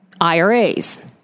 IRAs